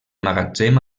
magatzem